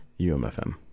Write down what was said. UMFM